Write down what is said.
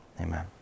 amen